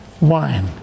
wine